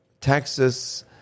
Texas